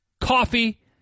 coffee